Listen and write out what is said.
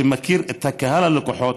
שמכיר את קהל הלקוחות,